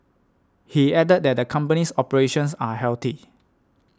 he added that the company's operations are healthy